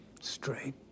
straight